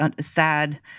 sad